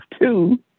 two